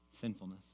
sinfulness